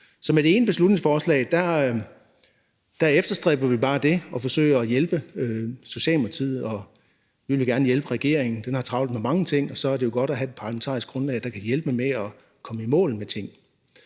Så med det ene beslutningsforslag efterstræber vi bare det, altså at forsøge at hjælpe Socialdemokratiet. Vi vil gerne hjælpe regeringen, som har travlt med mange ting, og så er det jo godt at have et parlamentarisk grundlag, der kan hjælpe dem med at komme i mål med ting.